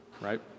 right